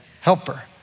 helper